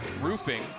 roofing